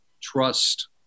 trust